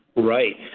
right,